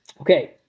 Okay